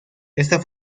esta